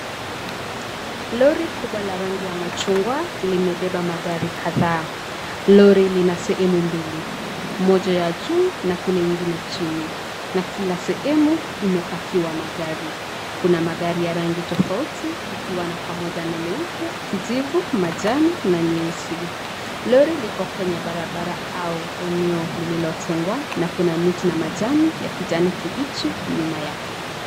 Lori kubwa la rangi ya machungwa limebeba magari kadhaa. Lori lina sehemu mbili; moja ya juu na kuna ingine chini na kila sehemu imepakiwa magari. Kuna magari ya rangi tofauti likiwa na pamoja na meupe, kijivu, manjano na nyeusi. Lori liko kwenye barabara au eneo lililotengwa na kuna miti na majani ya kijani kibichi nyuma yake.